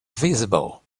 visible